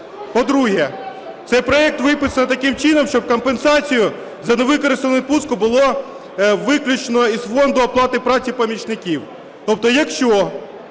По-друге, цей проект виписаний таким чином, щоб компенсація за невикористану відпустку було виключно із фонду оплати праці помічників. Тобто якщо,